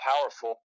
powerful